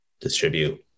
distribute